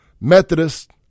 Methodist